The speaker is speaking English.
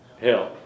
hell